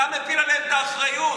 אתה מפיל עליהם את האחריות.